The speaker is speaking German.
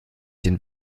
den